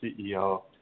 CEO